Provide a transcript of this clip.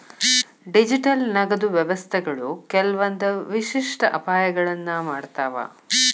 digital ನಗದು ವ್ಯವಸ್ಥೆಗಳು ಕೆಲ್ವಂದ್ ವಿಶಿಷ್ಟ ಅಪಾಯಗಳನ್ನ ಮಾಡ್ತಾವ